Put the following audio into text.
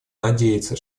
надеется